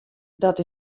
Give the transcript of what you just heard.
dat